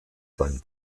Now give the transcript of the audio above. seinen